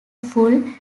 full